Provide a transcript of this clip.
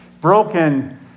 broken